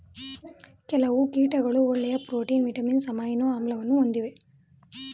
ಕೆಲವು ಕೀಟಗಳು ಒಳ್ಳೆಯ ಪ್ರೋಟೀನ್, ವಿಟಮಿನ್ಸ್, ಅಮೈನೊ ಆಮ್ಲವನ್ನು ಹೊಂದಿವೆ